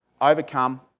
overcome